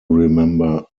remember